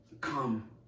Come